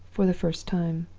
for the first time.